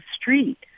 street